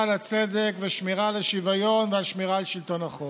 על הצדק ושמירה על השוויון ושמירה על שלטון החוק.